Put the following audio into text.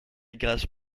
grâce